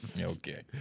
Okay